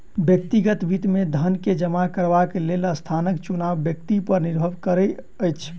व्यक्तिगत वित्त मे धन के जमा करबाक लेल स्थानक चुनाव व्यक्ति पर निर्भर करैत अछि